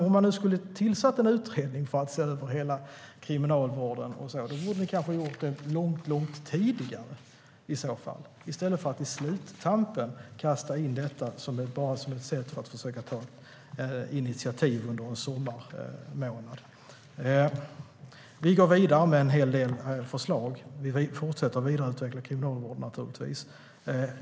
Om man nu ska tillsätta en utredning för att se över hela kriminalvården borde ni kanske ha gjort det långt tidigare i så fall i stället för att i sluttampen kasta in detta bara som ett sätt att försöka ta initiativ under en sommarmånad. Vi går vidare med en hel del förslag. Vi fortsätter naturligtvis att vidareutveckla kriminalvården.